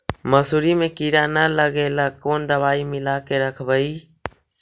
मसुरी मे किड़ा न लगे ल कोन दवाई मिला के रखबई?